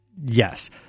yes